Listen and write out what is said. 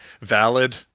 valid